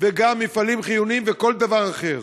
וגם מפעלים חיוניים וכל דבר אחר.